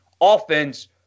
offense